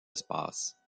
espaces